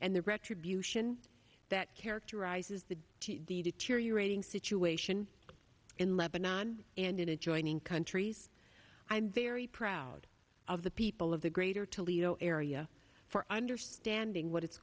and the retribution that characterizes the t v to cheer your rating situation in lebanon and in adjoining countries i'm very proud of the people of the greater toledo area for understanding what it's